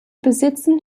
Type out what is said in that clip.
besitzen